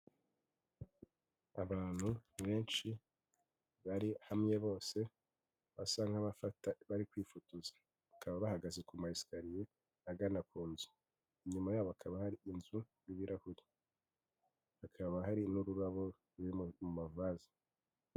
Abantu benshi bari hamwe bose basa nk'abari kwifotoza, bakaba bahagaze ku maesicariye agana ku nzu, inyuma yabo hakaba hari inzu y'ibirahure hakaba hari n'ururabo ruri mu mavaze.